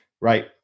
right